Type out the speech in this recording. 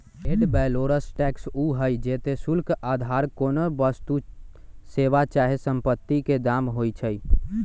ad valorem tax उ हइ जेते शुल्क अधार कोनो वस्तु, सेवा चाहे सम्पति के दाम होइ छइ